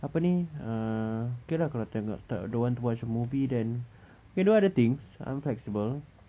apa ni uh okay lah kalau tengok tak don't want to watch a movie then we can do other things I'm flexible